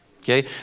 Okay